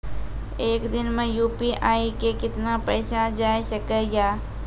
एक दिन मे यु.पी.आई से कितना पैसा जाय सके या?